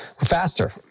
faster